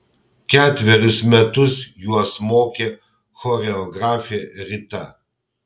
ketverius metus juos mokė choreografė rita